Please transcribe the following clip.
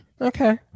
Okay